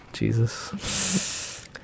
jesus